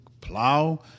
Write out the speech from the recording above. plow